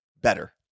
better